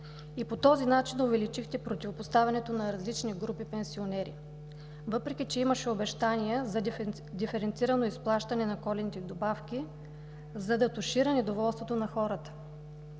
и по този начин увеличихте противопоставянето на различни групи пенсионери, въпреки че имаше обещания за диференцирано изплащане на коледните добавки, за да тушира недоволството на хората,